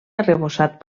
arrebossat